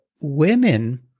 women